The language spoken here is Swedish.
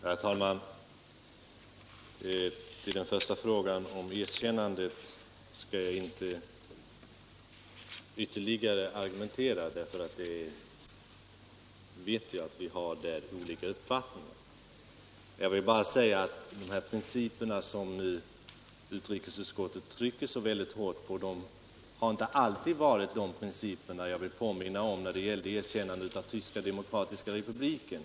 Herr talman! I den första frågan, om erkännandet, skall jag inte argumentera ytterligare, eftersom jag vet att vi där har olika uppfattningar. Jag vill bara säga att de principer som utrikesutskottet nu trycker så hårt på inte alltid har tillämpats. Jag vill påminna om frågan om erkännandet av Tyska demokratiska republiken.